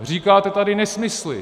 Říkáte tady nesmysly!